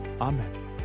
Amen